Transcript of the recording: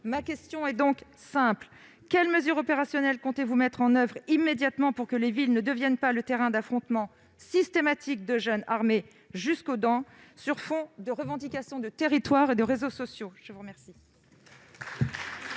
Ma question est simple : quelles mesures opérationnelles comptez-vous mettre en oeuvre immédiatement pour que les villes ne deviennent pas le terrain d'affrontements systématiques de jeunes armés jusqu'aux dents, sur fond de revendication de territoires et de réseaux sociaux ? La parole